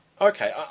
Okay